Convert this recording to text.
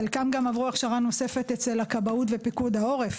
חלקם גם עברו הכשרה נוספת אצל הכבאות ופיקוד העורף